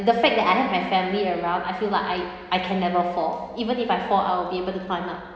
the fact that I have family around I feel like I I can never fall even if I fall I'll be able to climb up